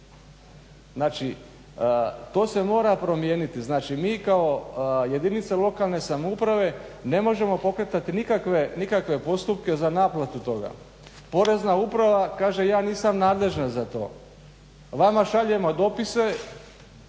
to se mora promijeniti. Znači, mi kao jedinice lokalne samouprave ne možemo pokretati nikakve postupke za naplatu toga. Porezna uprava kaže ja nisam nadležan za to. Vama šaljemo dopise.